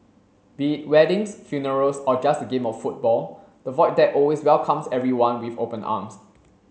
be it weddings funerals or just a game of football the Void Deck always welcomes everyone with open arms